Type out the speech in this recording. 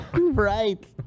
right